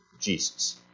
Jesus